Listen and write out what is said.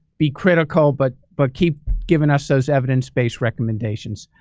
be critical, but but keep giving us those evidenced-based recommendations.